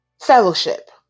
fellowship